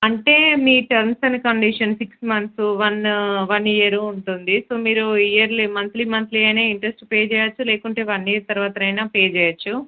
అంటే మీ terms and conditions six months one one year ఉంటుంది సో మీరు ఇయర్లీ మంత్లీ మంత్లీ అయినా ఇంట్రెస్ట్ పే చెయ్యచ్చు లేకుంటే వన్ ఇయర్ తరువాత అయినా పే చెయ్యచ్చు